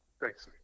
thanks